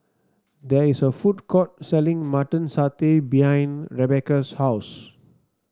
there is a food court selling Mutton Satay behind Rebecca's house